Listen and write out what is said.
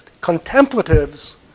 contemplatives